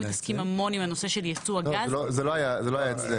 אנחנו מתעסקים המון עם הנושא של יצוא הגז --- זה לא היה אצלנו.